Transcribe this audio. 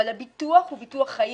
אבל הביטוח הוא ביטוח חיים.